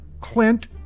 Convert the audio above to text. Clint